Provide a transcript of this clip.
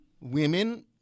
women